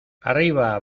arriba